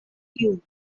you